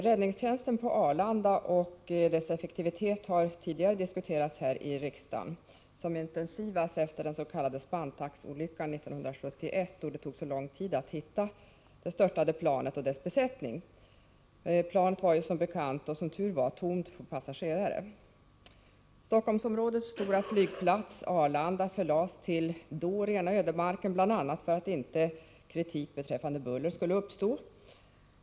Räddningstjänsten på Arlanda och dess effektivitet har tidigare diskuterats här i riksdagen — som intensivast efter den s.k. Spantaxolyckan 1971, då det tog så lång tid att hitta det störtade planet och dess besättning. Planet hade ju som bekant, och som tur var, inga passagerare. Stockholmsområdets stora flygplats Arlanda förlades till då rena ödemarken, bl.a. för att inte kritik beträffande buller skulle uppstå.